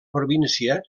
província